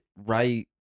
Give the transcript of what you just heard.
right